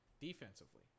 defensively